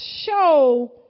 show